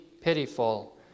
pitiful